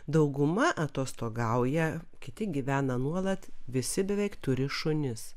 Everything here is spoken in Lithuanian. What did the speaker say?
dauguma atostogauja kiti gyvena nuolat visi beveik turi šunis